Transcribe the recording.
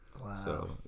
Wow